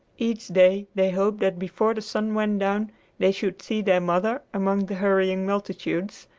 each day they hoped that before the sun went down they should see their mother among the hurrying multitudes,